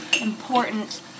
important